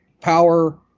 power